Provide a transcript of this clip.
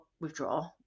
withdraw